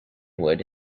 wood